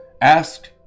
Ask